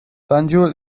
banjul